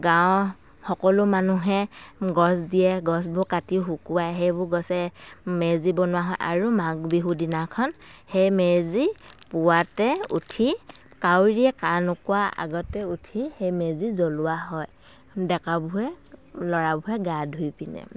গাঁৱৰ সকলো মানুহে গছ দিয়ে গছবোৰ কাটি শুকুৱায় সেইবোৰ গছে মেজি বনোৱা হয় আৰু মাঘ বিহুৰ দিনাখন সেই মেজি পুৱাতে উঠি কাউৰীয়ে কা নোকোৱা আগতে উঠি সেই মেজি জ্বলোৱা হয় ডেকাবোৰে ল'ৰাবোৰে গা ধুই পিনে